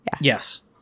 yes